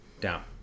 down